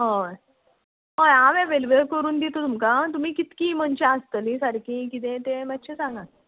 हय हय हांव एवेलेबल करून दिता तुमकां तुमी कितकी मनशां आसतलीं सारकी कितें तें मातशें सांगांत